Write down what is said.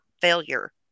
failure